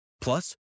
Plus